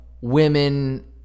women